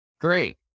Great